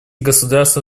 государства